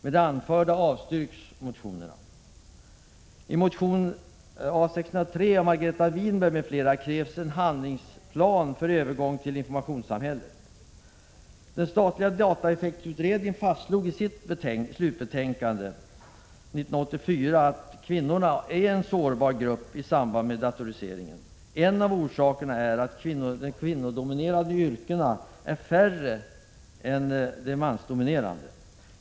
I motion 1985/86:A603 av Margareta Winberg m.fl. krävs en handlingsplan för övergången till informationssamhället. Den statliga dataeffektutredningen fastslog i sitt slutbetänkande 1984 att kvinnor är en sårbar grupp i samband med datoriseringen. En av orsakerna är att de kvinnodominerade yrkena är färre än de mansdominerade.